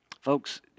Folks